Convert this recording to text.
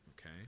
okay